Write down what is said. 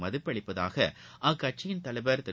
மதிப்பு அளிப்பதாக அக்கட்சித் தலைவர் திரு